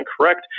correct